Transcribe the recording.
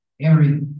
area